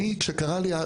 אני כשקרה לי,